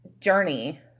journey